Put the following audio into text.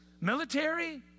military